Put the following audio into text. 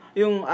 yung